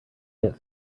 get